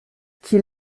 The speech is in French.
qui